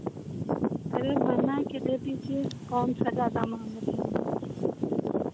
अरे बना के दे दीजिए कौन सा ज़्यादा माँग रहे हैं